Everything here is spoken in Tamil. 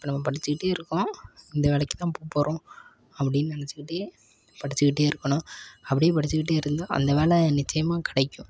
இப்போ நம்ம படிச்சிக்கிட்டே இருக்கோம் இந்த வேலக்கு தான் போக போகிறோம் அப்படின்னு நினைச்சிக்கிட்டே படிச்சிக்கிட்டே இருக்கணும் அப்டி படிச்சிக்கிட்டே இருந்தால் அந்த வேலை நிச்சயமாக கிடைக்கும்